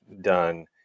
done